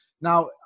Now